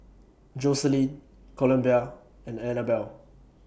Jocelyne Columbia and Annabelle